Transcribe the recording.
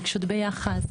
רגישות ביחס.